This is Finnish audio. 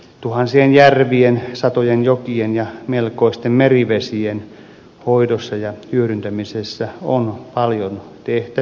tuhansien järvien satojen jokien ja melkoisten merivesien hoidossa ja hyödyntämisessä on paljon tehtävissä